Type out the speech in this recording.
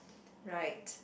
right